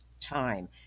time